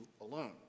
alone